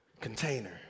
container